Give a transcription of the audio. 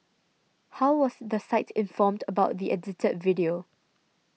how was the site informed about the edited video